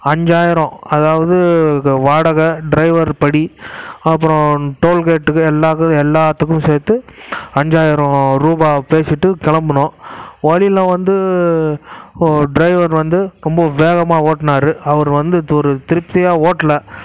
அஞ்சாயிரம் அதாவது வாடகை டிரைவர் படி அப்புறம் டோல்கேட்டுக்கு எல்லாது எல்லாத்துக்கும் சேர்த்து அஞ்சாயிறோ ரூபா பேசிகிட்டு கிளம்பிணோ வழியில வந்து டிரைவர் வந்து ரொம்ப வேகமாக ஒட்டுனார் அவர் வந்து ஒரு திருப்தியாக ஓட்டல